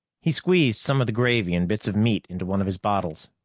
he squeezed some of the gravy and bits of meat into one of his bottles,